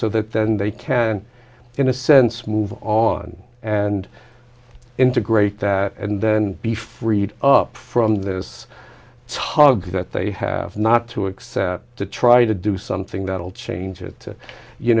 so that then they can in a sense move on and integrate that and then be freed up from this tug that they have not to accept to try to do something that'll change it